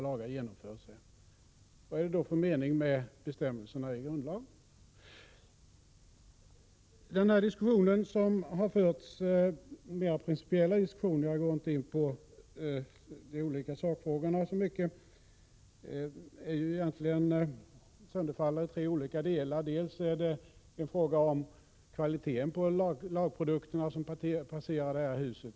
Vad är det då för mening med bestämmelserna i grundlagen? Den mera principiella diskussion som har förts — jag går inte så mycket in på sakfrågorna — sönderfaller egentligen i tre olika delar. Dels är det fråga om kvaliteten på de lagprodukter som passerar detta hus.